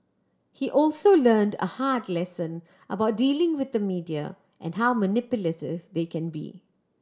he also learned a hard lesson about dealing with the media and how manipulative they can be